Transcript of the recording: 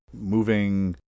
moving